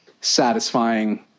satisfying